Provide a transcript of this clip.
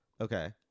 Okay